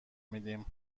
میدیم